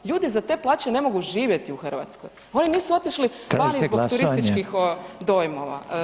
Ljudi za te plaće ne mogu živjeti u Hrvatskoj, oni nisu otišli vani zbog [[Upadica: Tražite glasovanje?]] turističkih dojmova.